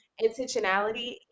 intentionality